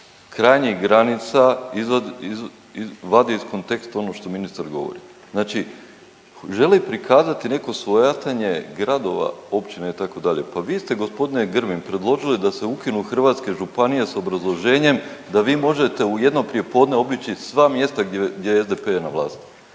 krajnjih granica vadi iz konteksta ono što ministar govori, znači želi prikazati neko svojatanje gradova, općina itd., pa vi ste g. Grbin predložili da se ukinu hrvatske županije s obrazloženjem da vi možete u jedno prijepodne obići sva mjesta gdje je SDP na vlasti